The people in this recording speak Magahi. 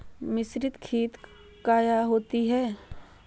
मिसरीत खित काया होती है?